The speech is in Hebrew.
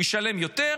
הוא ישלם יותר,